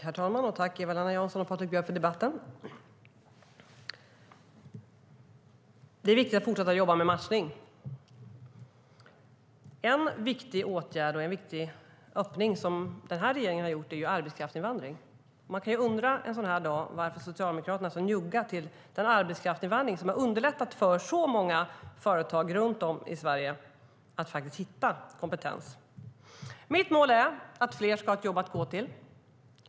Herr talman! Tack, Eva-Lena Jansson och Patrik Björck, för debatten. Det är viktigt att fortsätta att jobba med matchning. En angelägen åtgärd som den här regeringen har vidtagit är ju arbetskraftsinvandring. Man kan ju undra en sådan här dag varför Socialdemokraterna är så njugga till den arbetskraftsinvandring som har underlättat för så många företag runt om i Sverige att hitta kompetens. Mitt mål är att fler ska ha ett jobb att gå till.